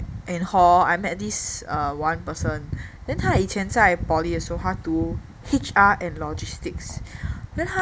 and hor I met this uh one person then 他以前在 poly 的时候他读 H_R and logistics